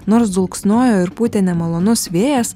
nors dulksnojo ir pūtė nemalonus vėjas